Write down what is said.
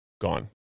gone